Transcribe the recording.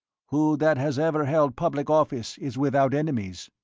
who that has ever held public office is without enemies?